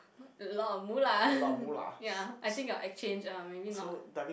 a lot of moolah ya I think your exchange ah maybe not